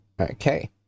Okay